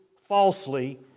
falsely